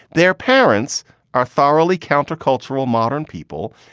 their parents are thoroughly countercultural modern people.